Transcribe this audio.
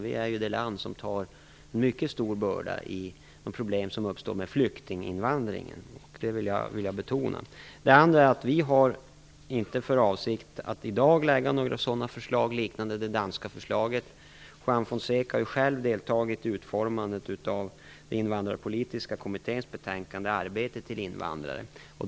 Vi är ett land som tar en mycket stor börda när det gäller de problem som uppstår med flyktinginvandringen. Det vill jag betona. Vi har inte för avsikt att i dag lägga fram några förslag liknande det danska förslaget. Juan Fonseca har ju själv deltagit i utformandet av Invandrarpolitiska kommitténs betänkande Arbete till invandrare.